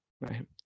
right